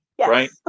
right